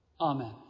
Amen